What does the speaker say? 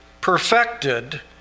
perfected